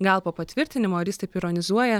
gal po patvirtinimo ar jis taip ironizuoja